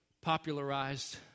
popularized